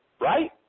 Right